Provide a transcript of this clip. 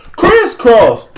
crisscross